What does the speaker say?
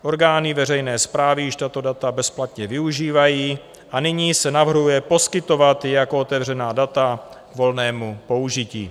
Orgány veřejné správy již tato data bezplatně využívají a nyní se navrhuje poskytovat jako otevřená data k volnému použití.